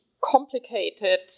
complicated